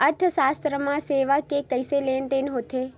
अर्थशास्त्र मा सेवा के कइसे लेनदेन होथे?